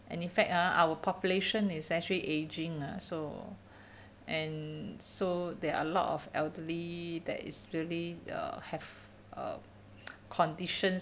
and in fact ah our population is actually aging ah so and so there are a lot of elderly that is really uh have uh conditions